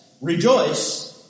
rejoice